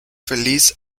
feliz